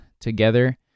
together